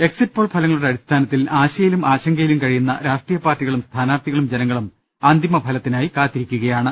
exit poll ഫലങ്ങളുടെ അടിസ്ഥാനത്തിൽ ആശയിലും ആശങ്കയിലും കഴിയുന്ന രാഷ്ട്രീയ പാർട്ടികളും സ്ഥാനാർത്ഥികളും ജനങ്ങളും അന്തിമഫലത്തി നായി കാത്തിരിക്കുകയാണ്